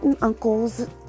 uncles